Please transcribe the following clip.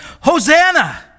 Hosanna